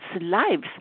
lives